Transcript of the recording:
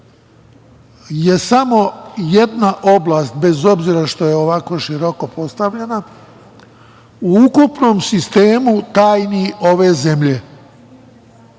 je samo jedna oblast, bez obzira što je ovako široko postavljena, u ukupnom sistemu tajni ove zemlje,